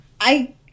I-